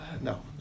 no